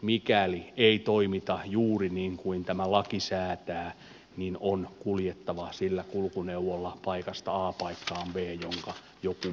mikäli ei toimita juuri niin kuin tämä laki säätää niin on kuljettava paikasta a paikkaan b sillä kulkuneuvolla jonka joku muu määrää